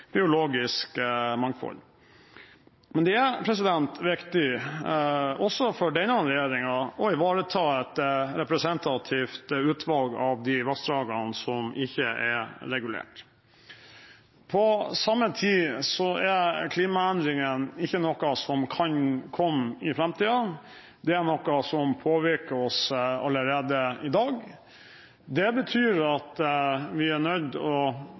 biologisk mangfold. Men det er viktig også for denne regjeringen å ivareta et representativt utvalg av de vassdragene som ikke er regulert. På samme tid er klimaendringene ikke noe som kan komme i framtida, det er noe som påvirker oss allerede i dag. Det betyr at vi er nødt til å